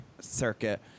circuit